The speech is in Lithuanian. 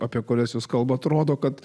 apie kurias jūs kalbate rodo kad